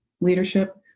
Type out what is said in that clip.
leadership